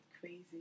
crazy